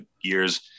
years